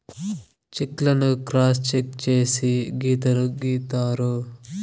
check లను cross cheque చేసి గీతలు గీత్తారు